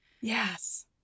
Yes